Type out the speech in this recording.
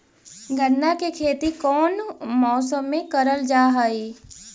गन्ना के खेती कोउन मौसम मे करल जा हई?